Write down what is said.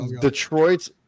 Detroit